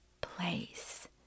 place